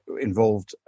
involved